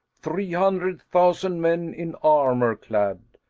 three hundred thousand men in armour clad,